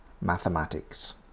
mathematics